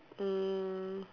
um